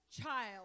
child